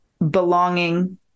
belonging